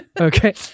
Okay